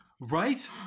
Right